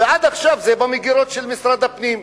ועד עכשיו זה במגירות של משרד הפנים.